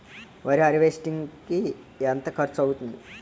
వరి హార్వెస్టింగ్ కి ఎంత ఖర్చు అవుతుంది?